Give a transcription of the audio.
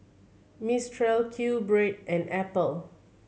Mistral Q Bread and Apple